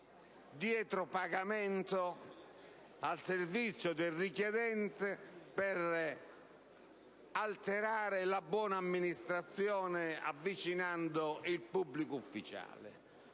dietro pagamento, al servizio del richiedente per alterare la buona amministrazione avvicinando il pubblico ufficiale.